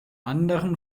anderem